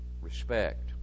respect